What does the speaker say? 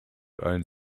owns